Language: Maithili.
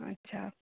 अच्छा